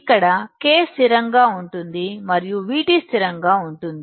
ఇక్కడ K స్థిరంగా ఉంటుంది మరియుVT స్థిరంగా ఉంటుంది